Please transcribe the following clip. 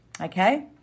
okay